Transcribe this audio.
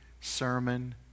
sermon